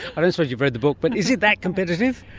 i don't suppose you've read the book. but is it that competitive?